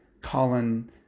Colin